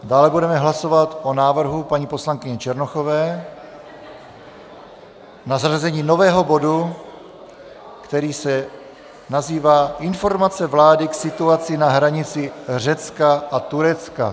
Dále budeme hlasovat o návrhu paní poslankyně Černochové na zařazení nového bodu, který se nazývá Informace vlády k situaci na hranici Řecka a Turecka.